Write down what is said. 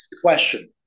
question